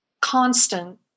constant